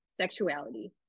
sexuality